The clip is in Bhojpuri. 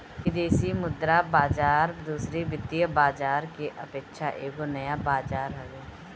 विदेशी मुद्रा बाजार दूसरी वित्तीय बाजार के अपेक्षा एगो नया बाजार हवे